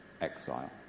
exile